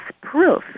proof